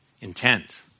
Intent